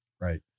Right